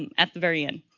and at the very end.